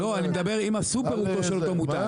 לא אני אומר אם הסופר הוא של אותו מותג.